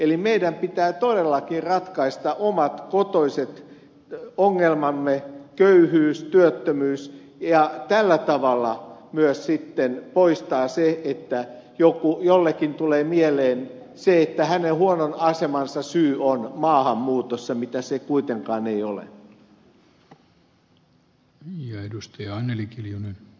eli meidän pitää todellakin ratkaista omat kotoiset ongelmamme köyhyys työttömyys ja tällä tavalla myös sitten poistaa se että jollekin tulee mieleen se että hänen huonon asemansa syy on maahanmuutossa mitä se kuitenkaan ei ole